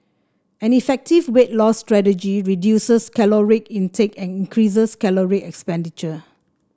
an effective weight loss strategy reduces caloric intake and increases caloric expenditure